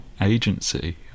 agency